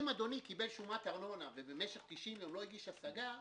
אם אדוני קיבל שומת ארנונה ובמשך 90 יום לא הגיש השגה,